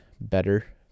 better